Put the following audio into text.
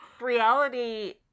reality